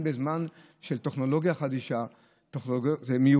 בזמן של טכנולוגיה חדישה ומיוחדת.